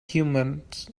humans